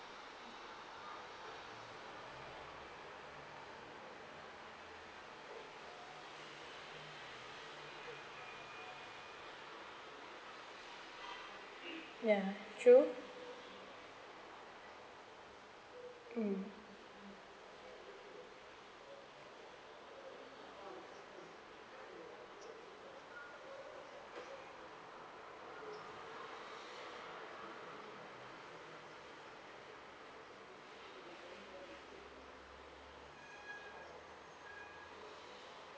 ya true mm